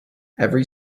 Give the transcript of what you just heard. every